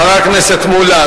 חבר הכנסת מולה,